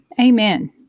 Amen